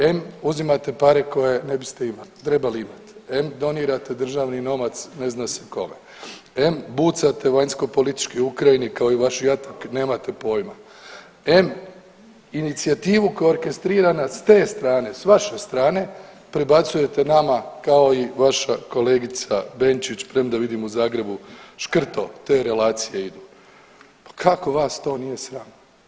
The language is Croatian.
Em uzimate pare koje ne biste imali, trebali imat, em donirate državni novac ne zna se kome, em bucate o vanjsko političkoj Ukrajini kao i vaš jatak nemate pojma, em inicijativu koja je orkestrirana s te strane, s vaše strane prebacujete nama kao i vaša kolegica Benčić premda vidim u Zagrebu škrto te relacije idu, pa kako vas to nije sram?